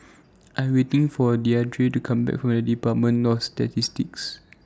I Am waiting For Deidre to Come Back from department of Statistics